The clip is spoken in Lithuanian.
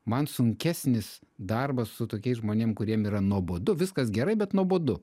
man sunkesnis darbas su tokiais žmonėm kuriem yra nuobodu viskas gerai bet nuobodu